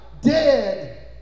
dead